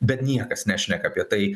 bet niekas nešneka apie tai